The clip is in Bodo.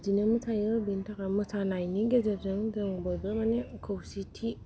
बिदिनो मोसायो बिनि थाखाय मोसानायनि गेजेरजों जों बयबो मानि खौसेथि